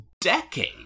decade